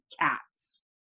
Cats